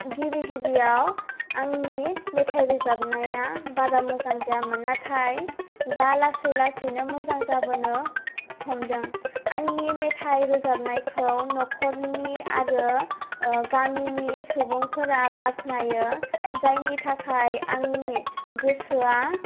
गिबि गिबियाव आंनि मेथाइ रोजाबनाया बारा मोजां जायामोन नाथाय दा लासै लासैनो मोजां जाबोनो हमदों आंनि मेथाइ रोजाबनायखौ नख'रनि आरो गामिनि सुबुंफोरा बाखनायो जायनि थाखाय आंनि गोसोआ